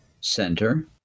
center